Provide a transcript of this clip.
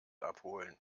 abholen